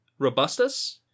robustus